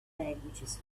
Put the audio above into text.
languages